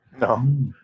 No